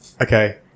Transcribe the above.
Okay